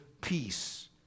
peace